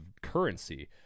currency